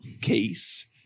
case